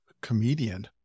comedian